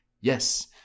Yes